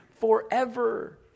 forever